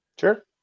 Sure